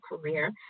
career